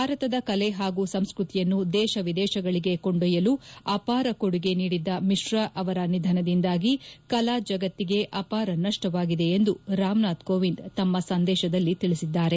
ಭಾರತದ ಕಲೆ ಹಾಗೂ ಸಂಸ್ಕೃತಿಯನ್ನು ದೇಶ ವಿದೇಶಗಳಿಗೆ ಕೊಂಡೊಯ್ಯಲು ಅಪಾರ ಕೊಡುಗೆ ನೀಡಿದ್ದ ಮಿಶ್ರಾ ಅವರ ನಿಧನದಿಂದಾಗಿ ಕಲಾ ಜಗತ್ತಿಗೆ ಅಪಾರ ನಷ್ಟವಾಗಿದೆ ಎಂದು ರಾಮನಾಥ್ ಕೋವಿಂದ್ ತಮ್ಮ ಸಂದೇಶದಲ್ಲಿ ತಿಳಿಸಿದ್ದಾರೆ